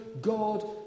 God